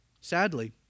Sadly